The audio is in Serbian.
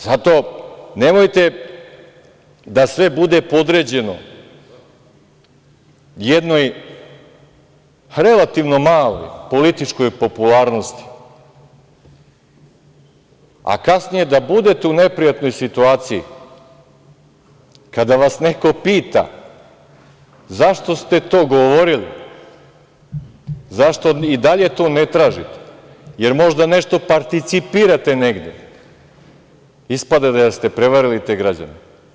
Zato, nemojte da sve bude podređeno jednoj relativno maloj političkoj popularnosti, a kasnije da budete u neprijatnoj situaciji kada vas neko pita zašto ste to govorili, zašto i dalje to ne tražite, jer možda nešto participirate negde, ispada da ste prevarili te građane.